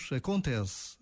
acontece